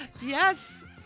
Yes